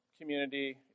community